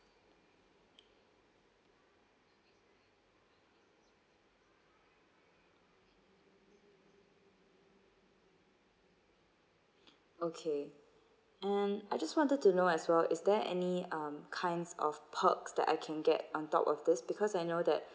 okay and I just wanted to know as well is there any um kinds of perks that I can get on top of this because I know that